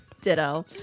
Ditto